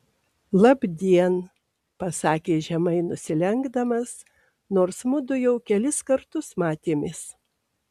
labdien pasakė žemai nusilenkdamas nors mudu jau kelis kartus matėmės